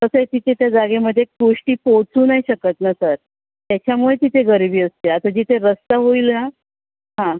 कसं आहे तिथे त्या जागेमध्ये गोष्टी पोहचू नाही शकत ना सर त्याच्यामुळे तिथे गरीबी असते आता जिथे रस्ता होईल ना हां